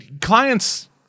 clients